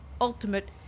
ultimate